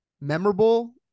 memorable